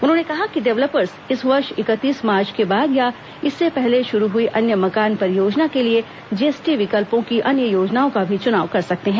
उन्होंने कहा कि डेवलपर्स इस वर्ष इकतीस मार्च के बाद या इससे पहले शुरु हुई अन्य मकान परियोजना के लिए जीएसटी विकल्पों की अन्य योजनाओं का भी चुनाव कर सकते हैं